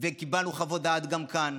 וקיבלנו חוות דעת גם כאן.